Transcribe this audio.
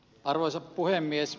arvoisa puhemies